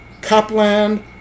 Copland